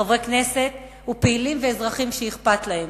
חברי כנסת ופעילים ואזרחים שאכפת להם.